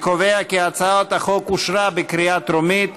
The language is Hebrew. אני קובע כי הצעת החוק אושרה בקריאה טרומית,